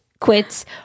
quits